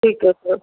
ਠੀਕ ਹੈ ਸਰ